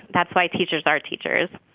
that's why teachers are teachers.